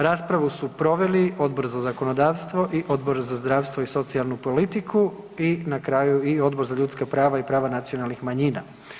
Raspravu su proveli Odbor za zakonodavstvo i Odbor za zdravstvo i socijalnu politiku i na kraju i Odbor za ljudska prava i prava nacionalnih manjina.